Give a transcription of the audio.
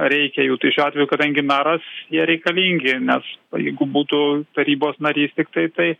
reikia jų tai šiuo atveju kadangi meras jie reikalingi nes jeigu būtų tarybos narys tiktai tai